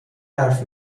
حرف